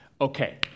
okay